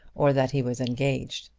or that he was engaged.